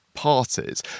parties